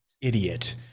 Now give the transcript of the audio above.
idiot